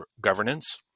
governance